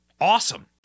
awesome